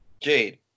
Jade